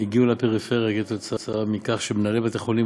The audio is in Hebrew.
הגיעו לפריפריה כתוצאה מכך שמנהלי בתי-חולים